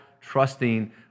trusting